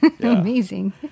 Amazing